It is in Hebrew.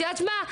את יודעת מה,